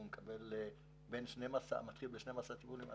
הוא מקבל בין 12 ל-24 טיפולים.